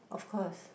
of course